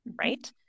right